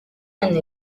and